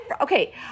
okay